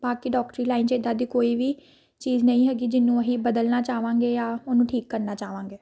ਬਾਕੀ ਡੋਕਟਰੀ ਲਾਈਨ 'ਚ ਇੱਦਾਂ ਦੀ ਕੋਈ ਵੀ ਚੀਜ਼ ਨਹੀਂ ਹੈਗੀ ਜਿਹਨੂੰ ਅਸੀਂ ਬਦਲਣਾ ਚਾਹਵਾਂਗੇ ਜਾਂ ਉਹਨੂੰ ਠੀਕ ਕਰਨਾ ਚਾਹਵਾਂਗੇ